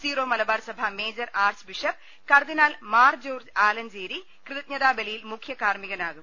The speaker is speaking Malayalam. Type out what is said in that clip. സിറോ മലബാർ സഭാ മേജർ ആർച്ച് ബിഷപ്പ് കർദ്ദിനാൾ മാർ ജോർജ്ജ് ആലഞ്ചേരി കൃത്ജ്ഞതാ ബലി യിൽ മുഖ്യ കാർമ്മിക നാ കും